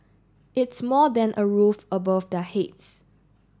it's more than a roof above their heads